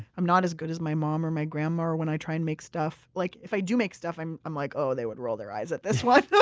i'm not as good as my mom or my grandma. or when i try and make stuff, like if i do make stuff, i'm i'm like, they would roll their eyes at this one,